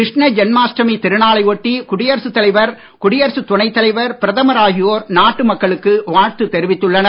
கிருஷ்ண ஜென்மாஷ்டமி திருநாளை ஒட்டி குடியரசுத் தலைவர் குடியரசுத் துணைத் தலைவர் பிரதமர் ஆகியோர் நாட்டு மக்களுக்கு வாழ்த்து தெரிவித்துள்ளனர்